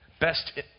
Best